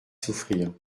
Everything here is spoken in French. souffrir